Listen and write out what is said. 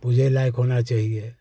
पूजने लायक़ होना चाहिए